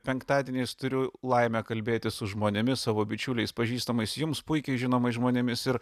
penktadieniais turiu laimę kalbėtis su žmonėmis savo bičiuliais pažįstamais jums puikiai žinomais žmonėmis ir